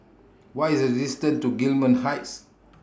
What IS The distance to Gillman Heights